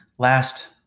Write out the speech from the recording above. Last